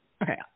Okay